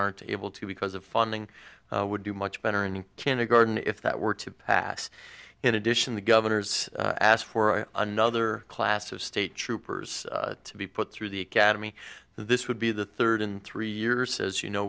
aren't able to because of funding would do much better in kindergarten if that were to pass in addition the governor's asked for another class of state troopers to be put through the academy this would be the third in three years as you know